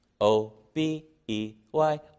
O-B-E-Y